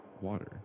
water